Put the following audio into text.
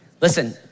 Listen